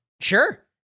sure